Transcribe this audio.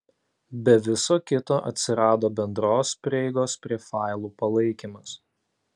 be viso kito atsirado bendros prieigos prie failų palaikymas